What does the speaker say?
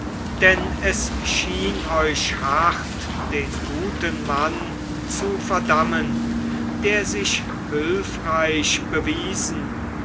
denn es schien euch hart den guten mann zu verdammen der sich hilfreich bewiesen